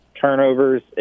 turnovers